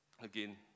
again